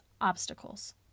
obstacles